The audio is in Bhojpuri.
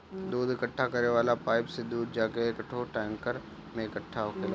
दूध इकट्ठा करे वाला पाइप से दूध जाके एकठो टैंकर में इकट्ठा होखेला